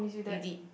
you did